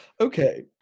Okay